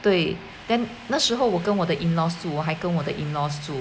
对 then 那时候我跟我的 in-laws 住我还跟我的 in-laws 住